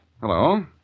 Hello